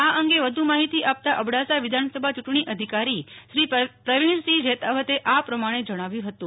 આ અંગે વધુ માહિતી આપતા અબડાસા વિધાનસભા યૂંટણી અધિકારી શ્રી પ્રવિણસિંહ જૈતાવતે આ પ્રમાણે જણાવ્યું હતું